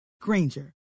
Granger